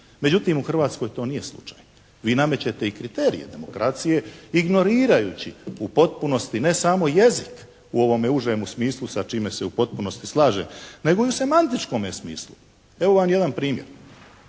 Međutim, u Hrvatskoj to nije slučaj. Vi namećete i kriterije demokracije ignorirajući u potpunosti ne samo jezik u ovome užem smislu sa čime se u potpunosti slaže, nego i u semantičkome smislu. Evo vam jedan primjer.